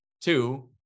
two